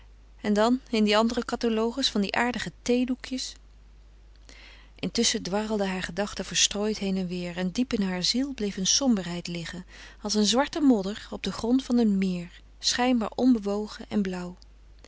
en dan in dien anderen catalogus van die aardige theedoekjes intusschen dwarrelden haar gedachten verstrooid heen en weêr en diep in haar ziel bleef eene somberheid liggen als een zwarte modder op den grond van een meer schijnbaar onbewogen en blauw